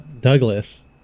Douglas